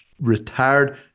retired